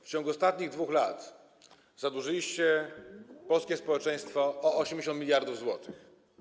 W ciągu ostatnich 2 lat zadłużyliście polskie społeczeństwo na 80 mld zł.